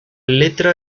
letra